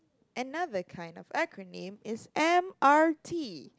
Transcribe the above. another kind of acronym is M_R_T